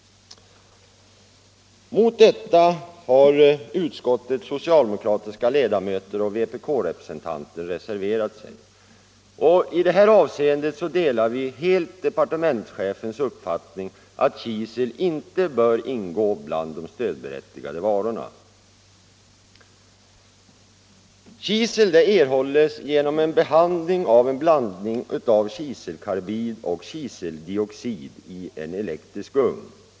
Mot detta har utskottets socialdemokratiska ledamöter och vpk-representanten reserverat sig. I det här avseendet delar vi helt departementschefens uppfattning att kisel inte bör ingå bland de stödberättigade varorna. Kisel erhålls genom en behandling av en blandning av kiselkarbid och kiseldioxid i en elektrisk ugn.